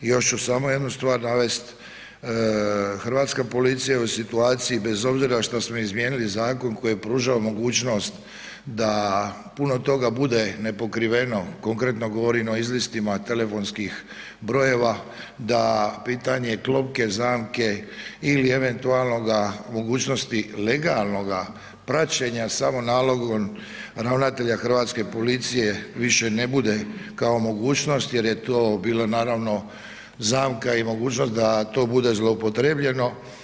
I još ću samo jednu stvar navest, hrvatska policija u situaciji bez obzira što smo izmijenili zakon koji je pružao mogućnost da puno toga bude nepokriveno, konkretno govorim o izlistima telefonskih brojeva da pitanje klopke, zamke ili eventualnoga mogućnosti legalnoga praćenja samo nalogom ravnatelja hrvatske policije više ne bude kao mogućnost jer je to bila naravno zamka i mogućnost da to bude zloupotrebljeno.